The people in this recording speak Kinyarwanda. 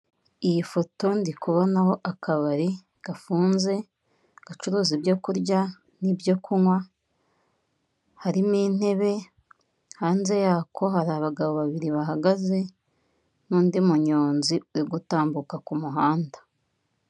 Iyi foto ndi kubonaho akabari gafunze gucuruza ibyo kurya n'ibyo kunywa. Harimo intebe, hanze yako hari abagabo babiri bahagaze n'undi munyozi uri gutambuka ku muhanda.